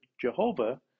Jehovah